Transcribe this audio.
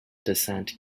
descent